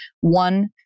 one